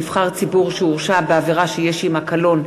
נבחר ציבור שהורשע בעבירה שיש עמה קלון),